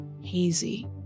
hazy